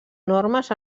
normes